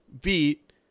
beat